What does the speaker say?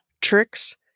tricks